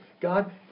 God